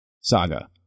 saga